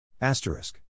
Asterisk